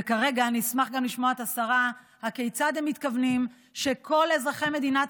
וכרגע אני אשמח גם לשמוע את השרה הכיצד הם מתכוונים שכל אזרחי מדינת